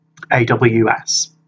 AWS